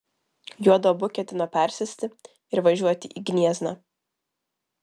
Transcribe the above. juodu abu ketino persėsti ir važiuoti į gniezną